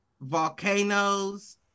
volcanoes